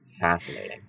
fascinating